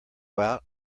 out